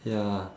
ya